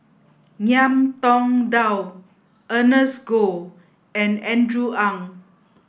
Ngiam Tong Dow Ernest Goh and Andrew Ang